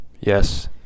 Yes